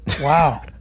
wow